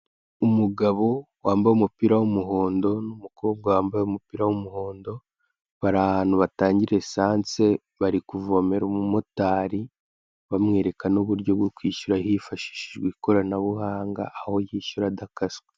Umugabo wambaye umupira w'umuhondo n'umkobwa wambaye umupira w'umuhondo bari ahantu batangira esanse bari kuvomera umumotari bamwereka n'uburyo bwo kwishyura hifshishijwe ikoranabuhanga aho yishyura adakaswe.